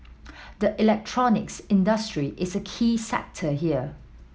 the electronics industry is a key sector here